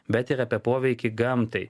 bet ir apie poveikį gamtai